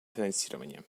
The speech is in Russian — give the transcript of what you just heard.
финансирования